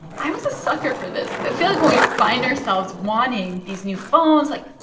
i was a sucker for this. i feel like when we find ourselves wanting these new phones, like,